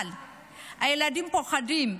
וגם הילדים פוחדים.